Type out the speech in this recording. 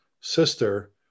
sister